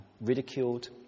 ridiculed